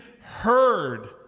heard